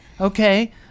Okay